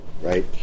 Right